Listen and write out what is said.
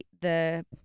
the-